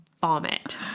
Vomit